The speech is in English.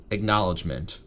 Acknowledgement